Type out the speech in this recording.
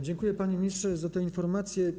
Dziękuję, panie ministrze, za te informacje.